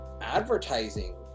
advertising